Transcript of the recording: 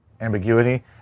ambiguity